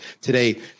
today